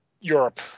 Europe